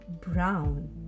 Brown